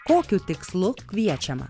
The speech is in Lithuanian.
kokiu tikslu kviečiama